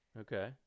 Okay